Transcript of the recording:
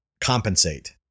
compensate